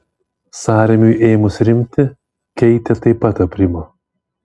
sąrėmiui ėmus rimti keitė taip pat aprimo